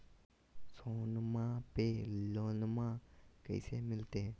सोनमा पे लोनमा कैसे मिलते?